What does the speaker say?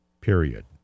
period